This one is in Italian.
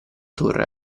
torre